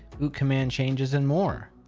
boot command changes and more.